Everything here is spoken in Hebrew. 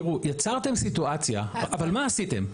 תראו, מה עשיתם?